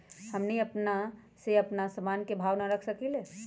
हमनी अपना से अपना सामन के भाव न रख सकींले?